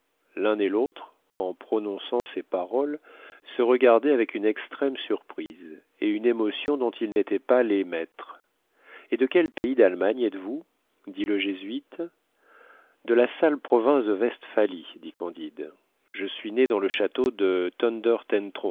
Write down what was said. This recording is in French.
l'un et l'autre en prononçant ces paroles se regardaient avec une extrême surprise et une émotion dont ils n'étaient pas les maîtres et de quel pays d'allemagne êtes-vous dit le jésuite de la sale province de vestphalie dit candide je suis né dans le château de